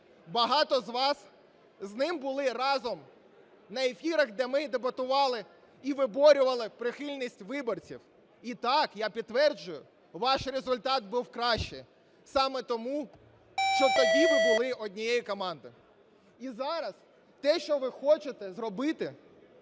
багато з вас з ним були разом на ефірах, де ми дебатували і виборювали прихильність виборців. І, так, я підтверджую, ваш результат був кращий саме тому, що тоді ви були однією командою. І зараз те, що ви хочете зробити